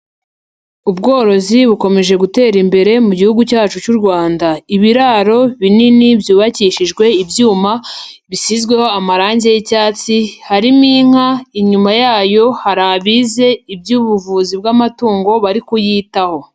Ubworozi bukomeje gutera imbere mu gihugu cyacu cy'u Rwanda. Ibiraro binini byubakishijwe ibyuma bisizweho amarangi y'icyatsi, harimo inka, inyuma yayo hari abize iby'ubuvuzi bw'amatungo bari kuyitaho.